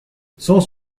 sans